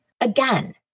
Again